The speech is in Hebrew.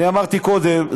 אני אמרתי קודם,